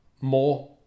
more